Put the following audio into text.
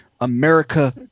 america